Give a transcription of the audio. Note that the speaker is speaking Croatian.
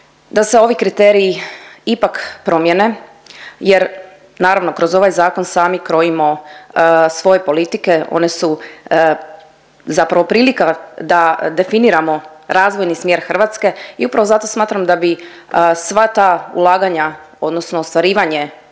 da se ovi kriteriji ipak promjene jer, naravno, kroz ovaj zakon sami krojimo svoje politike, one su zapravo prilika ga definiramo razvojni smjer Hrvatske i upravo zato smatram da bi sva ta ulaganja odnosno ostvarivanje